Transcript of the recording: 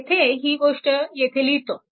येथे ही गोष्ट येथे लिहितो